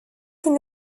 can